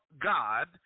God